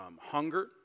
Hunger